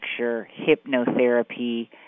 hypnotherapy